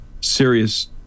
serious